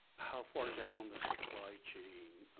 how far down the supply chain